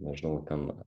nežinau ten